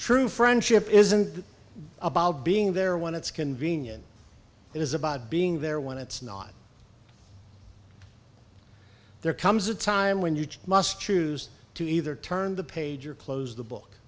true friendship isn't about being there when it's convenient it is about being there when it's not there comes a time when you must choose to either turn the page or close the book